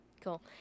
Cool